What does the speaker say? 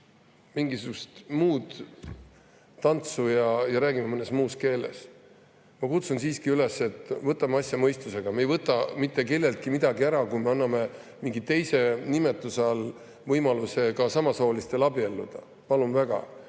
mingisugust muud tantsu ja räägime mõnes muus keeles? Ma kutsun üles, et võtame asja mõistusega. Me ei võta mitte kelleltki midagi ära, kui me anname mingi teise nimetuse all võimaluse samasoolistel abielluda. Palun väga!